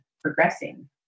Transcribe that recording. progressing